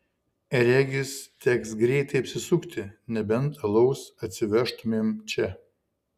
regis teks greitai apsisukti nebent alaus atsivežtumėm čia